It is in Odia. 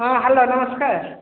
ହଁ ହ୍ୟାଲୋ ନମସ୍କାର